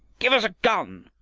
give us a gun!